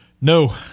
No